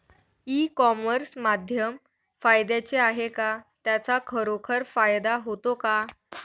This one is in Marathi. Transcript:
ई कॉमर्स माध्यम फायद्याचे आहे का? त्याचा खरोखर फायदा होतो का?